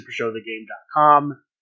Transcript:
supershowthegame.com